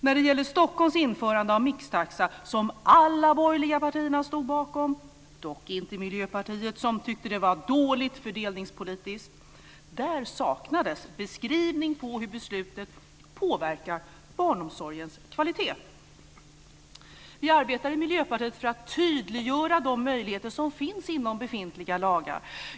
När det gäller Stockholms införande av mixtaxa, som alla de borgerliga partierna stod bakom - dock inte Miljöpartiet, som tyckte att det var dåligt fördelningspolitiskt - vill jag säga att det saknades en beskrivning av hur beslutet påverkar barnomsorgens kvalitet. Vi i Miljöpartiet arbetar för att tydliggöra de möjligheter som existerar inom befintliga lagar.